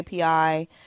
API